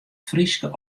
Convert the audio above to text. fryske